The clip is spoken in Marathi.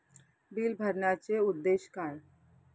बिल भरण्याचे उद्देश काय?